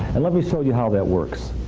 and let me show you how that works.